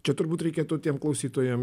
čia turbūt reikėtų tiem klausytojam